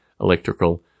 electrical